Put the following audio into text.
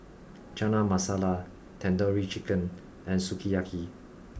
Chana Masala Tandoori Chicken and Sukiyaki